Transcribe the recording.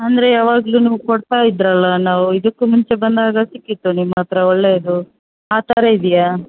ಅಂದರೆ ಯಾವಾಗ್ಲೂನು ಕೊಡ್ತಾ ಇದ್ರಲ್ಲ ನಾವು ಇದಕ್ಕೂ ಮುಂಚೆ ಬಂದಾಗ ಸಿಕ್ಕಿತ್ತು ನಿಮ್ಮ ಹತ್ರ ಒಳ್ಳೇದು ಆ ಥರ ಇದೆಯಾ